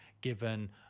given